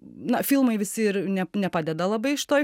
na filmai visi ir ne nepadeda labai šitoj